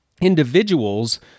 individuals